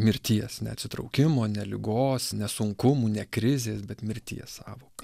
mirties ne atsitraukimo ne ligos ne sunkumų ne krizės bet mirties sąvoką